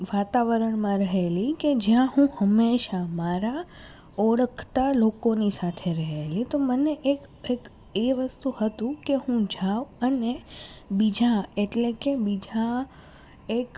વાતાવરણમાં રહેલી કે જ્યાં હું હંમેશા મારા ઓળખતા લોકોની સાથે રહેલી તો મને એક એક એ વસ્તુ હતું કે હું જાઉં અને બીજા એટલે કે બીજા એક